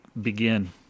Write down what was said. begin